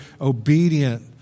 obedient